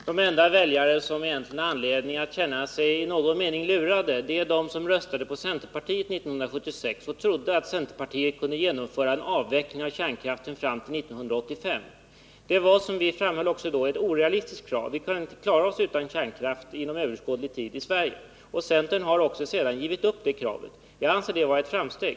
Herr talman! De enda väljare som egentligen har anledning att känna sig på något sätt lurade är de som röstade på centerpartiet 1976 och trodde att centerpartiet kunde genomföra en avveckling av kärnkraften fram till 1985. Det var, som vi redan då framhöll, ett orealistiskt krav. Sverige kunde inom överskådlig tid inte klara sig utan kärnkraft. Centern har sedan också givit upp sitt krav, vilket jag anser vara ett framsteg.